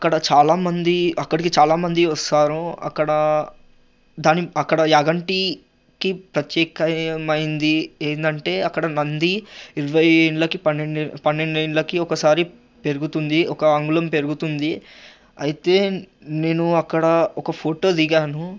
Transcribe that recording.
అక్కడ చాలా మంది అక్కడికి చాలా మంది వస్తారు అక్కడ దాని అక్కడ యాగంటీకి ప్రత్యేకమయింది ఏందంటే అక్కడ నంది ఇరవై ఏళ్ళకి పన్నెండే పన్నెండేండ్లకి ఒకసారి పెరుగుతుంది ఒక అంగుళం పెరుగుతుంది అయితే నేను అక్కడ ఒక ఫోటో దిగాను